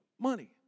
money